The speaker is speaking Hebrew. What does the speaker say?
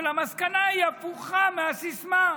אבל המסקנה היא הפוכה מהסיסמה.